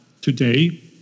today